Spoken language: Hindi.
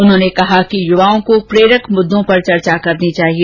उन्होंने कहा कि युवाओं को प्रेरक मुद्दों पर चर्चा करनी चाहिए